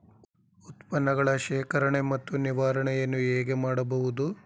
ಉತ್ಪನ್ನಗಳ ಶೇಖರಣೆ ಮತ್ತು ನಿವಾರಣೆಯನ್ನು ಹೇಗೆ ಮಾಡಬಹುದು?